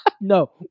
No